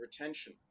retention